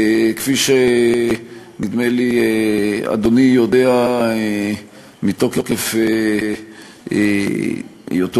כפי שנדמה לי שאדוני יודע מתוקף היותו